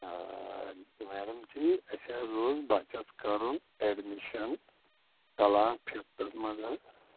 آ میٚڈَم جی اسہِ حظ اوس بَچَس کَرُن ایڈمِشٮ۪ن کَلاس فِفتَس منٛز حظ